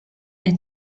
est